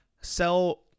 sell